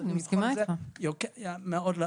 כי צריך לבחון את זה מאוד לעומק.